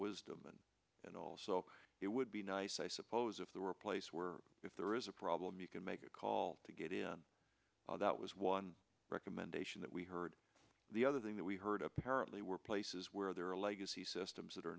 wisdom and then also it would be nice i suppose if there were a place where if there is a problem you can make a call to get in that was one recommendation that we heard the other thing that we heard apparently were places where there are a legacy systems that are